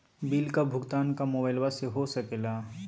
Bill का भुगतान का मोबाइलवा से हो सके ला?